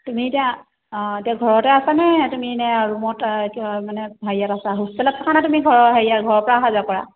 তুমি এতিয়া অঁ এতিয়া ঘৰতে আছানে তুমি এনে ৰুমত মানে হেৰিয়াত আছা হোষ্টেলত থাকানে তুমি ঘৰৰ হেৰিয়া ঘৰৰ পৰা আহা যোৱা কৰা